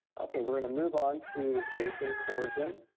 okay, we're gonna move on to jason corzin.